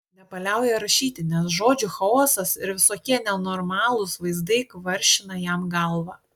nepaliauja rašyti nes žodžių chaosas ir visokie nenormalūs vaizdai kvaršina jam galvą